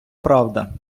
правда